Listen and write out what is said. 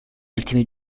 ultimi